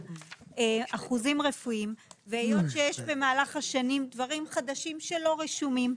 אחוזים רפואיים והיות ויש במהלך השנים דברים חדשים שלא רשומים,